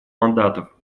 мандатов